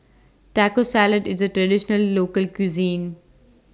Taco Salad IS A Traditional Local Cuisine